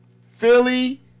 Philly